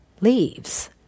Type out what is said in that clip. leaves